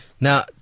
Now